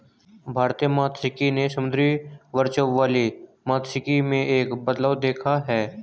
भारतीय मात्स्यिकी ने समुद्री वर्चस्व वाली मात्स्यिकी में एक बदलाव देखा है